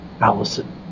Allison